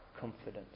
confidence